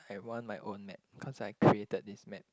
I want my own map cause I created this map